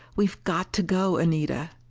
we've got to go, anita!